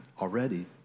already